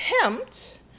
attempt